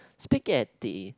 spaghetti